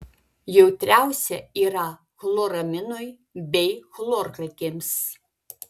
jautriausia yra chloraminui bei chlorkalkėms